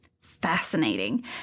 Fascinating